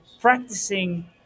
practicing